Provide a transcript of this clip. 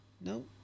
No